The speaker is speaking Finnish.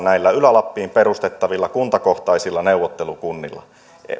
näillä ylä lappiin perustettavilla kuntakohtaisilla neuvottelukunnilla